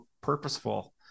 purposeful